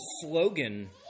slogan